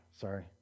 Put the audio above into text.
sorry